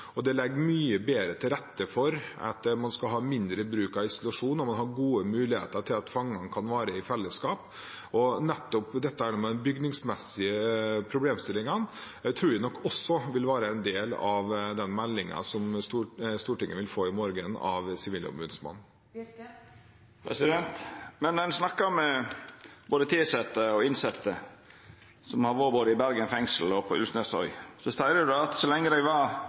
og en legger mye bedre til rette for mindre bruk av isolasjon og gode muligheter for at fangene kan være i fellesskap. Nettopp dette med de bygningsmessige problemstillingene tror jeg også vil være en del av meldingen som Stortinget vil få av Sivilombudsmannen i morgen. Når ein snakkar med både tilsette og innsette, som har vore både i Bergen fengsel og på Ulvsnesøy, seier dei at så lenge dei var